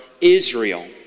Israel